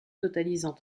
totalisant